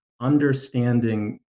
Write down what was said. understanding